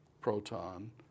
proton